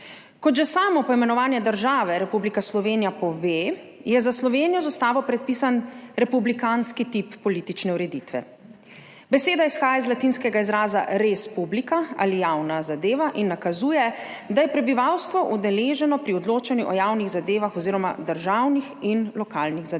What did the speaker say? Kot že samo poimenovanje države Republika Slovenija pove, je za Slovenijo z ustavo predpisan republikanski tip politične ureditve. Beseda izhaja iz latinskega izraza res publica ali javna zadeva in nakazuje, da je prebivalstvo udeleženo pri odločanju o javnih zadevah oziroma državnih in lokalnih zadevah.